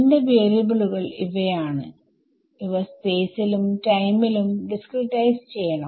എന്റെ വാരിയബിളുകൾ ഇവയാണ് ഇവ സ്പേസ് ലും ടൈമിലും ഡിസ്ക്രിടൈസ് ചെയ്യണം